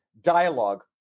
dialogue